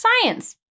Science